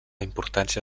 importància